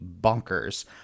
bonkers